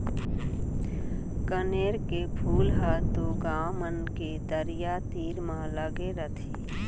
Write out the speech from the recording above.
कनेर के फूल ह तो गॉंव मन के तरिया तीर म लगे रथे